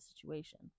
situation